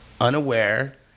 unaware